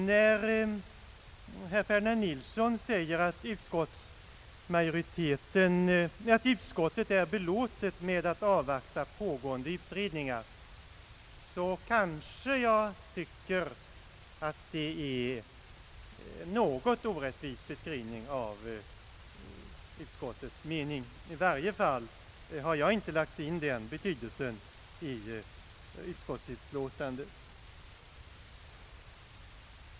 När herr Nilsson säger att utskottet är belåtet med att avvakta pågående utredningar, så tycker jag att det är en något orättvis beskrivning av utskottets mening. I varje fall har jag inte lagt in den betydelsen i utskottets utlåtande.